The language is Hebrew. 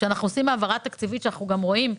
אנחנו עושים העברה תקציבית ואנחנו גם רואים.